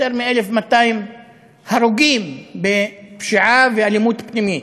יותר מ-1,200 הרוגים בפשיעה ואלימות פנימית.